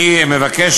אני מבקש